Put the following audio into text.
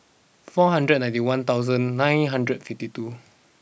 four hundred and ninety one thousand nine hundred and fifty two